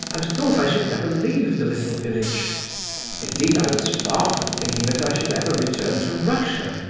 and thought i should never leave the little village indeed, i was far from thinking that i should ever return to russia.